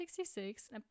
1966